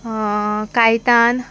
Caitan